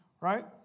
right